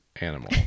animal